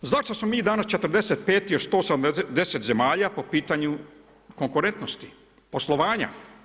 Zašto smo mi danas 45-ti od 170 zemalja po pitanju konkurentnosti, poslovanja?